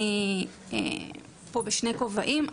אני נמצאת פה בשני כובעים.